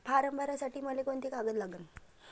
Form भरासाठी मले कोंते कागद लागन?